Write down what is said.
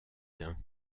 dun